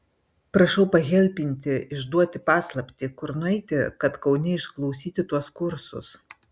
prašau pahelpinti išduoti paslaptį kur nueiti kad kaune išklausyti tuos kursus